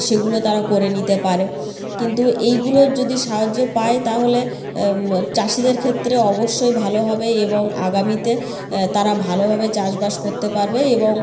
সেগুলো তারা করে নিতে পারে কিন্তু এইগুলোর যদি সাহায্য পায় তাহলে চাষিদের ক্ষেত্রে অবশ্যই ভালো হবে এবং আগামীতে তারা ভালোভাবে চাষবাস করতে পারবে এবং